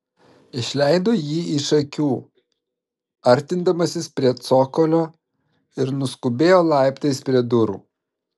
išleido jį iš akių artindamasis prie cokolio ir nuskubėjo laiptais prie durų